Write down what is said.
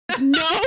No